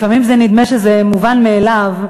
לפעמים נדמה שזה מובן מאליו,